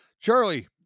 Charlie